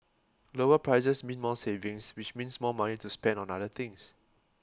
lower prices mean more savings which means more money to spend on other things